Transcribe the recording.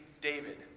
David